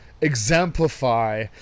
exemplify